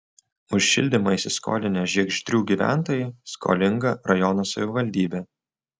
už šildymą įsiskolinę žiegždrių gyventojai skolinga rajono savivaldybė